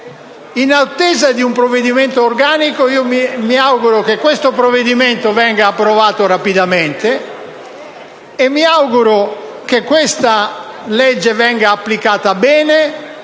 In attesa di un intervento organico mi auguro che questo provvedimento venga approvato rapidamente, mi auguro che questo disegno di legge venga applicata bene